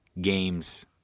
games